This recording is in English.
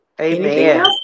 Amen